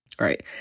right